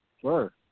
Sure